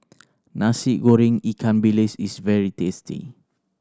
Nasi Goreng ikan bilis is very tasty